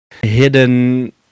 hidden